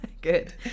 good